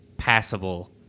passable